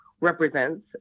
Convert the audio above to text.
represents